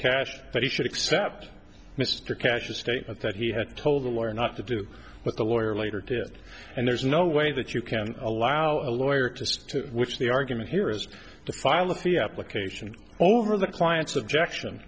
cash but he should accept mr cash a statement that he had told the law or not to do but the lawyer later did and there's no way that you can allow a lawyer to sue to which the argument here is to file a fee application over the client's objection